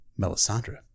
Melisandre